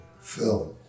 film